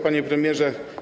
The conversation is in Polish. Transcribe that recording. Panie Premierze!